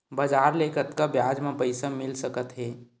बजार ले कतका ब्याज म पईसा मिल सकत हे?